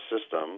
system